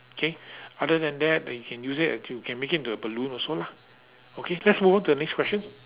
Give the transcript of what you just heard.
K other than that you can use it to you can make it into a balloon also lah okay let's move on to the next question